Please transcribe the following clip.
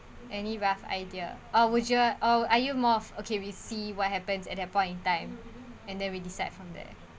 any rough idea or would you or are you more of okay we see what happens at that point in time and then we decide from there